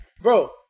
bro